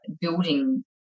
building